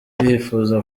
irifuza